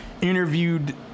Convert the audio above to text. interviewed